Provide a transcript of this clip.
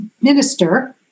minister